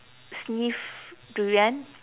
sniff durian